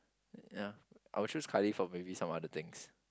ya I will choose Kylie for maybe some other things